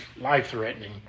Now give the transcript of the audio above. life-threatening